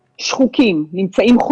שחוקים.